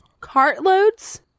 Cartloads